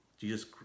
Jesus